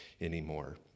anymore